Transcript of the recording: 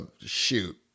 shoot